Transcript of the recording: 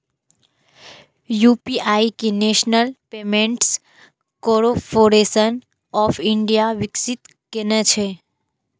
UPI कें National Payments Corporation of India विकसित केने छै